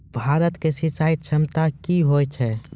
भारत की सिंचाई क्षमता क्या हैं?